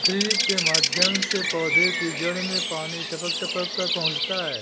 drip के माध्यम से पौधे की जड़ में पानी टपक टपक कर पहुँचता है